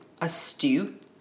astute